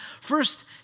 First